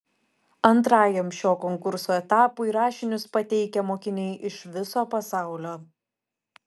antrajam šio konkurso etapui rašinius pateikia mokiniai iš viso pasaulio